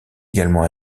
également